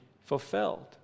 fulfilled